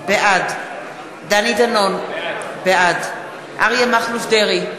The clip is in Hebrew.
בעד דני דנון, בעד אריה מכלוף דרעי,